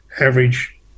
average